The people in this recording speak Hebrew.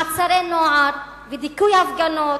מעצרי נוער ודיכוי הפגנות,